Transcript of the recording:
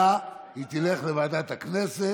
כלכלה, היא תלך לוועדת הכנסת,